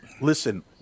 Listen